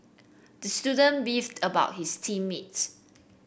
the student beefed about his team mates